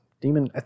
Demon